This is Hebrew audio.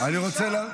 מה?